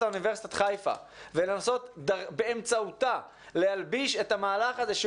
אוניברסיטת חיפה ולנסות באמצעותה להלביש את המהלך הזה,